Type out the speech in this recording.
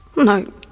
No